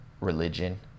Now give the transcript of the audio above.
religion